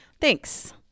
Thanks